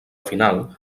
final